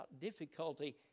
difficulty